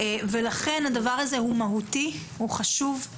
לכן הדבר הזה הוא מהותי וחשוב.